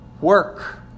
work